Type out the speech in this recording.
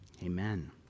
Amen